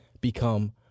become